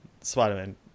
Spider-Man